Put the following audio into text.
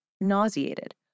nauseated